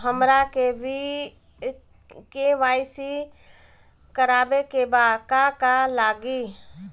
हमरा के.वाइ.सी करबाबे के बा का का लागि?